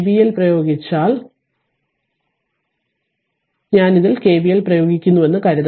KVL പ്രയോഗിച്ചാൽ ഞാൻ ഇതുപോലെ പോയി r KVL പ്രയോഗിക്കുന്നുവെന്ന് കരുതുക